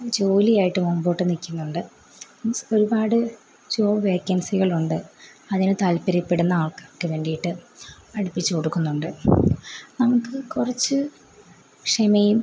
ജോലിയായിട്ട് മുമ്പോട്ട് നിൽക്കുന്നുണ്ട് മീൻസ് ഒരുപാട് ജോബ് വേക്കൻസികളുണ്ട് അതിന് താല്പര്യപ്പെടുന്ന ആൾക്കാർക്ക് വേണ്ടിയിട്ട് പഠിപ്പിച്ച് കൊടുക്കുന്നുണ്ട് നമുക്ക് കുറച്ച് ക്ഷമയും